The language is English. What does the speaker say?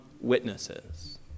witnesses